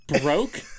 broke